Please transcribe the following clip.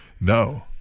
No